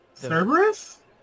Cerberus